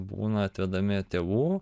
būna atvedami tėvų